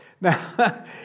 Now